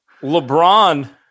LeBron